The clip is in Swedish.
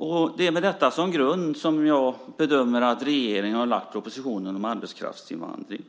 Jag bedömer att det är med detta som grund som regeringen har lagt fram propositionen om arbetskraftsinvandring.